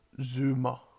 Zuma